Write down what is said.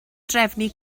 drefnu